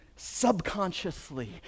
subconsciously